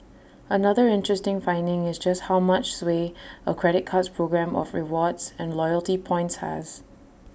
another interesting finding is just how much sway A credit card's programme of rewards and loyalty points has